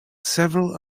several